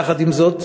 יחד עם זאת,